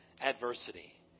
adversity